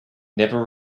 never